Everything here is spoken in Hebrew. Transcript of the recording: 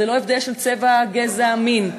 אין הבדל של צבע, גזע, מין.